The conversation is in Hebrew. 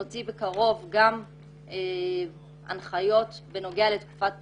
בקרוב אנחנו נוציא הנחיות בנוגע לתקופת בחירות,